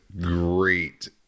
great